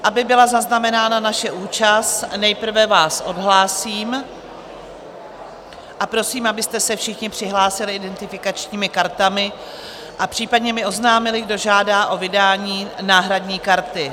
Aby byla zaznamenána naše účast, nejprve vás odhlásím a prosím, abyste se všichni přihlásili identifikačními kartami a případně mi oznámili, kdo žádá o vydání náhradní karty.